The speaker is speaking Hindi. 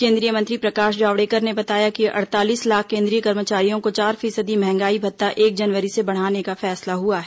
केंद्रीय मंत्री प्रकाश जावड़ेकर ने बताया कि अड़तालीस लाख केन्द्रीय कर्मचारियों को चार फीसदी मंहगाई भत्ता एक जनवरी से बढ़ाने का फैसला हुआ है